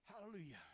Hallelujah